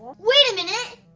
wait a minute,